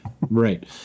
Right